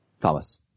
Thomas